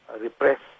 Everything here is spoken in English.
repress